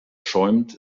schäumt